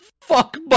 Fuck